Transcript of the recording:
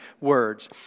words